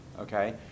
okay